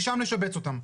לשם נשבץ אותם.